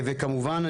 כמובן,